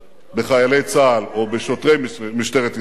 בחיילי צה"ל או בשוטרי משטרת ישראל.